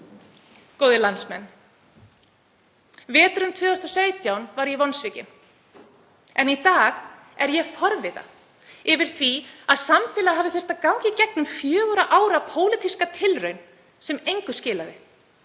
Góðir landsmenn. Veturinn 2017 var ég vonsvikin en í dag er ég forviða yfir því að samfélagið hafi þurft að ganga í gegnum fjögurra ára pólitíska tilraun sem engu skilaði.